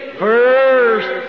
first